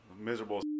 miserable